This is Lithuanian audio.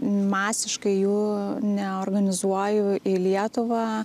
masiškai jų neorganizuoju į lietuvą